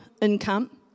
income